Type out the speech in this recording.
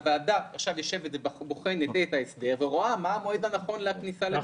הוועדה עכשיו יושבת ובוחנת את ההסדר ורואה מה המועד הנכון לכניסה לתוקף.